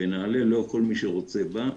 בנעל"ה לא כל מי שרוצה, בא.